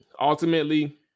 Ultimately